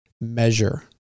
measure